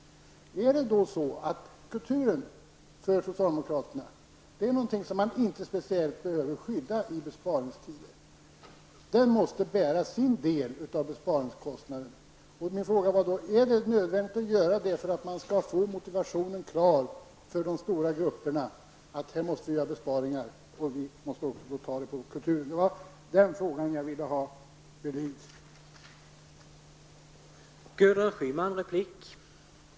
Är kulturen någonting som socialdemokraterna anser att man inte behöver skydda i besparingstider utan att kulturen måste ta sin del av besparingarna? Sker detta för att de stora grupperna skall förstå behovet av besparingar och att besparingarna då även måste göras på kulturens område? Det var den frågan jag ville ha belyst.